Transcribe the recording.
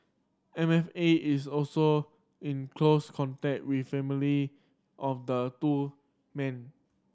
M F A is also in close contact with family of the two men